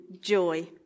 joy